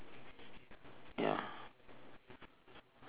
ya